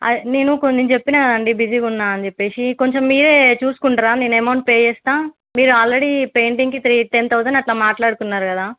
నేను కొన్ని చెప్పినా కదా అండి బిజీగా ఉన్నా అని చెప్పి కొంచెం మీరే చూసుకుంటారా నేను అమౌంట్ పే చేస్తాను మీరు ఆల్రెడీ పెయింటింగ్కి త్రీ టెన్ థౌజండ్ అలా మాట్లాడుకున్నారు కదా